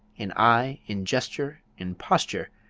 in eye, in gesture, in posture,